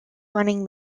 running